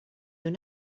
your